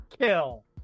kill